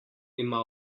ima